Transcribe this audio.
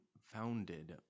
founded